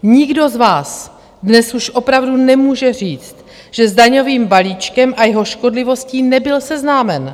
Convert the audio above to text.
Nikdo z vás dnes už opravdu nemůže říct, že s daňovým balíčkem a jeho škodlivostí nebyl seznámen.